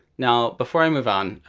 now before i move on,